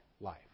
life